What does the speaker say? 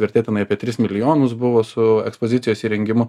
vertė tenais apie tris milijonus buvo su ekspozicijos įrengimu